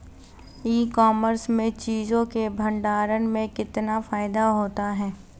ई commerce में चीज़ों के भंडारण में कितना फायदा होता है?